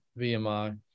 VMI